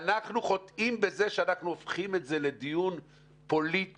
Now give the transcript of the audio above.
ואנחנו חוטאים בזה שאנחנו הופכים את זה לדיון פוליטי